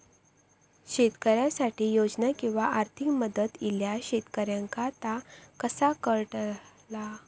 शेतकऱ्यांसाठी योजना किंवा आर्थिक मदत इल्यास शेतकऱ्यांका ता कसा कळतला?